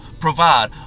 provide